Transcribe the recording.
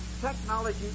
technology